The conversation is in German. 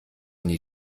nie